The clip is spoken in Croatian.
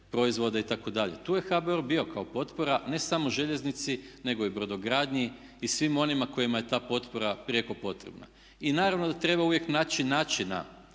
proizvode itd.. Tu je HBOR bio kao potpora ne samo željeznici nego i brodogradnji i svima onima kojima je ta potpora prijeko potrebna. I naravno da treba uvijek naći načina